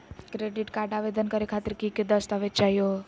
Credit card आवेदन करे खातीर कि क दस्तावेज चाहीयो हो?